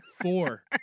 four